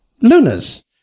lunas